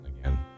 Again